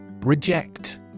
Reject